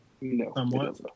No